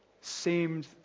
seemed